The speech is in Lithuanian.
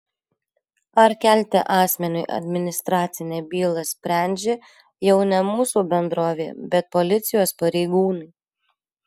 ar kelti asmeniui administracinę bylą sprendžia jau ne mūsų bendrovė bet policijos pareigūnai